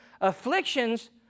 afflictions